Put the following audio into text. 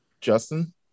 Justin